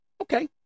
Okay